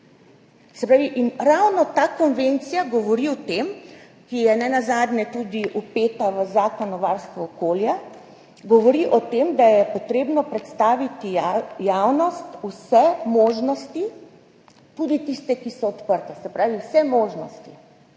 informacij. In ravno ta konvencija, ki je nenazadnje tudi vpeta v Zakon o varstvu okolja, govori o tem, da je treba predstaviti javnosti vse možnosti, tudi tiste, ki so odprte, se pravi vse možnosti.